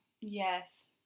Yes